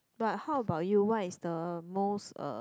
but how about you what is the most uh